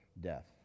death